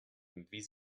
wie